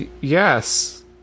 Yes